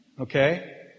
Okay